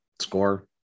score